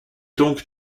donc